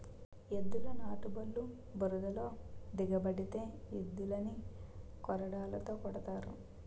ఎద్దుల నాటుబల్లు బురదలో దిగబడితే ఎద్దులని కొరడాతో కొడతారు